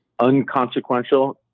unconsequential